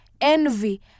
envy